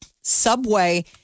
Subway